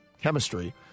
chemistry